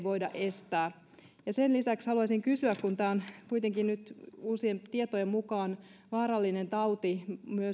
voida estää ja sen lisäksi haluaisin kysyä kun tämä on kuitenkin nyt uusien tietojen mukaan vaarallinen tauti